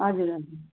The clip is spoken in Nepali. हजुर हजुर